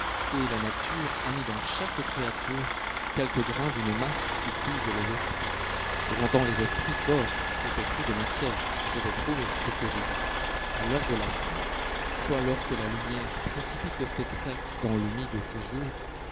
et la nature a mis dans chaque créature quelque grain d'une masse où puisent les esprits j'entends les esprits-corps et pétris de matière je vais prouver ce que je dis a l'heure de l'affût soit lorsque la lumière précipite ses traits dans l'humide séjour